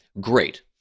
Great